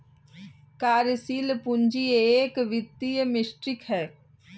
कार्यशील पूंजी एक वित्तीय मीट्रिक है